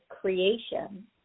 creation